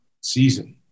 season